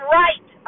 right